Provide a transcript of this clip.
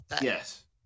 Yes